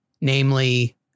Namely